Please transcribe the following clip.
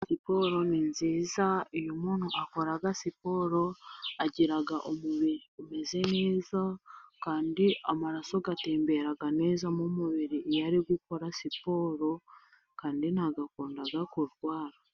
Siporo ni nziza, iyo umuntu akora siporo, agira umubiri umeze neza, kandi amaraso atembera neza mu mubiri iyo uri gukora siporo, kandi ntabwo akunda kurwara.